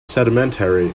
sedimentary